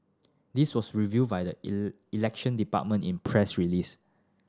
this was revealed by the Election Department in press release